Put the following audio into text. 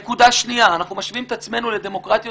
נקודה שנייה, אנחנו משווים את עצמנו לדמוקרטיות